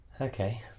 Okay